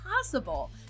possible